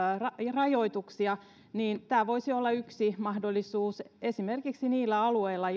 rajoituksia tämä voisi olla yksi mahdollisuus esimerkiksi niillä alueilla